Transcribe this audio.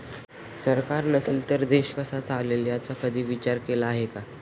सरकार नसेल तर देश कसा चालेल याचा कधी विचार केला आहे का?